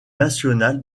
national